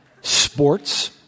Sports